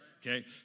Okay